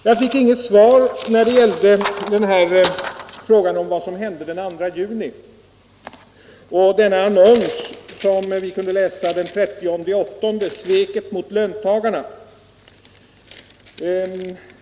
Jag fick inget svar på frågorna om vad som hände den 2 juni och om den annons som vi kunde läsa den 30 augusti med rubriken ”Sveket mot löntagarna”.